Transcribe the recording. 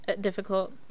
difficult